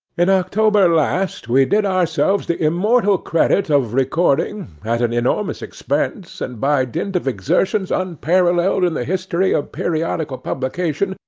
in october last, we did ourselves the immortal credit of recording, at an enormous expense, and by dint of exertions unnpralleled in the history of periodical publication,